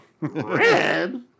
red